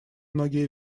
многие